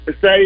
Say